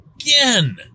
again